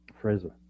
Fraser